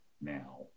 now